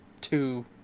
two